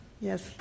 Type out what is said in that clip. Yes